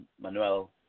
Manuel